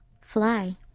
Fly